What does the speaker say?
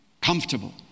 comfortable